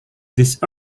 this